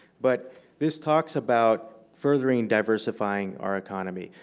but this talks about furthering diversifying our economy.